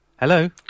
Hello